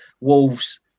Wolves